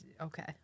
Okay